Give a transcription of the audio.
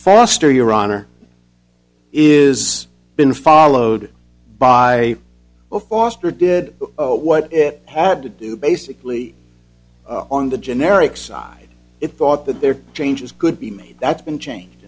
faster your honor is been followed by a foster did what it had to do basically on the generic side it thought that there changes could be made that's been changed